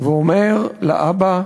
ואומר לאבא: